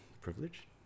privilege